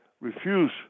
refuse